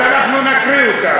אז אנחנו נקריא אותה.